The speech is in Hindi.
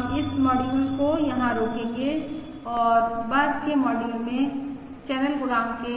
हम इस मॉड्यूल को यहाँ रोकेंगे और बाद के मॉड्यूल में चैनल गुणांक के